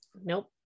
Nope